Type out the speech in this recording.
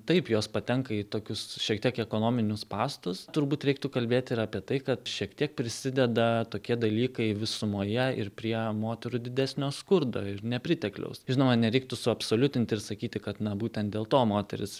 taip jos patenka į tokius šiek tiek ekonominius spąstus turbūt reiktų kalbėti ir apie tai ka šiek tiek prisideda tokie dalykai visumoje ir prie moterų didesnio skurdo ir nepritekliaus žinoma nereiktų suabsoliutinti ir sakyti kad na būtent dėl to moterys